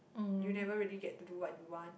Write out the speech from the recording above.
you never really get to do what you want